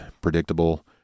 predictable